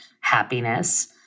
happiness